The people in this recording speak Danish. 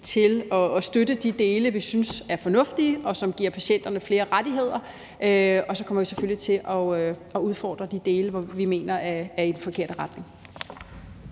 til at støtte de dele, vi synes er fornuftige, og som giver patienterne flere rettigheder, og så kommer vi selvfølgelig til at udfordre de dele, som vi mener går i den forkerte retning.